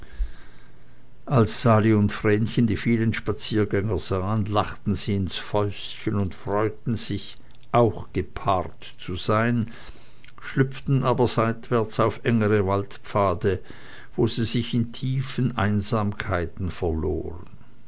als sali und vrenchen die vielen spaziergänger sahen lachten sie ins fäustchen und freuten sich auch gepaart zu sein schlüpften aber seitwärts auf engere waldpfade wo sie sich in tiefen einsamkeiten verloren